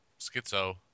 schizo